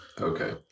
okay